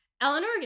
Eleanor